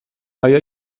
آیا